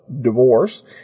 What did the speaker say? divorce